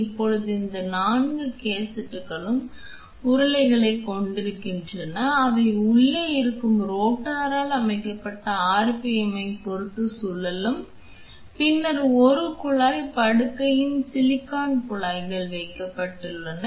இப்போது இந்த 4 கேசட்டுகளும் உருளைகளைக் கொண்டிருக்கின்றன அவை உள்ளே இருக்கும் ரோட்டரால் அமைக்கப்பட்ட RPM ஐப் பொறுத்து சுழலும் பின்னர் ஒரு குழாய் படுக்கையில் சிலிக்கான் குழாய்கள் வைக்கப்பட்டுள்ளன